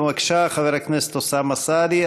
בבקשה, חבר הכנסת אוסאמה סעדי.